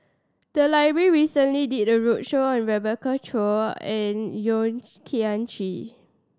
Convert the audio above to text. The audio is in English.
the library recently did a roadshow on Rebecca Chua and Yeo Kian Chye